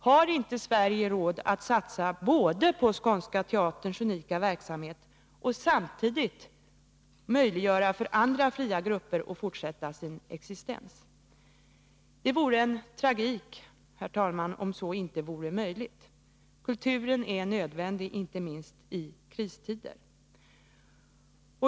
Har inte Sverige råd att satsa både på Skånska Teaterns unika verksamhet och samtidigt på andra fria gruppers fortsatta existens? Det vore en tragik, herr talman, om så inte är möjligt. Kulturen är nödvändig, inte minst i kristider.